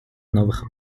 новых